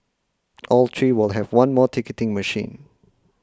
all three will have one more ticketing machine